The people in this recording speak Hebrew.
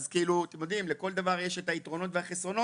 אז לכל דבר יש את היתרונות והחסרונות,